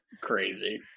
crazy